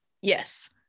Yes